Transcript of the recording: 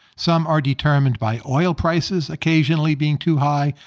some are determined by oil prices occasionally being too high.